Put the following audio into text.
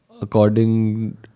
according